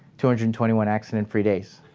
two hundred and twenty one accident free days.